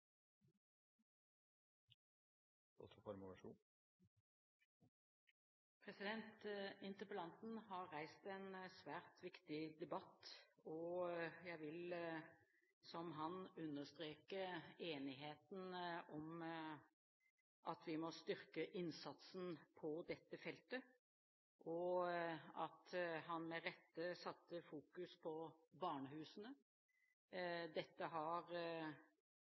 Interpellanten har reist en svært viktig debatt, og jeg vil som ham understreke enigheten om at vi må styrke innsatsen på dette feltet, og at han med rette satte søkelyset på barnehusene. Dette har